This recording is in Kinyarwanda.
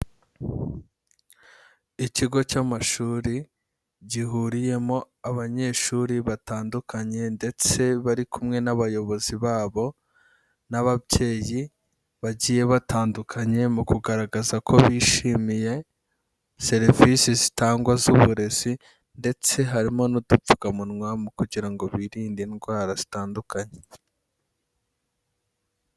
Ikigo cy'amashuri, gihuriyemo abanyeshuri batandukanye ndetse bari kumwe n'abayobozi babo n'ababyeyi bagiye batandukanye, mu kugaragaza ko bishimiye serivisi zitangwa z'uburezi, ndetse harimo n'udupfukamunwa mu kugira ngo birinde indwara zitandukanye.